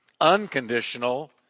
unconditional